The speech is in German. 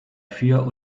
für